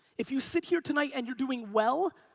if you sit here tonight and you're doing well,